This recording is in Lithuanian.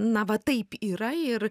na va taip yra ir